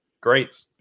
great